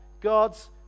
God's